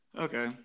Okay